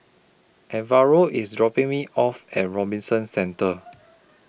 Alvaro IS dropping Me off At Robinson Centre